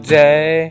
day